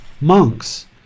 Monks